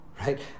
right